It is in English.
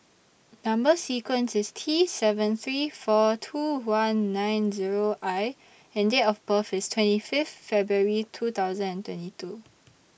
Number sequence IS T seven three four two one nine Zero I and Date of birth IS twenty Fifth February two thousand and twenty two